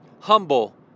Humble